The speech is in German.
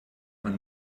man